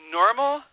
normal